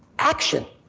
action,